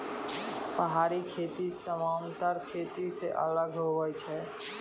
पहाड़ी खेती समान्तर खेती से अलग हुवै छै